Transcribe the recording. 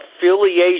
affiliation